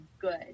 good